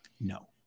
No